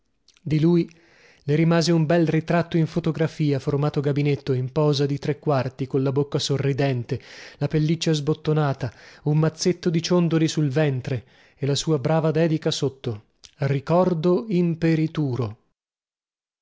di lui le rimase un bel ritratto in fotografia formato gabinetto in posa di tre quarti colla bocca sorridente la pelliccia sbottonata un mazzetto di ciondoli sul ventre e la sua brava dedica sotto ricordo imperituro